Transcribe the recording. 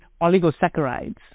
oligosaccharides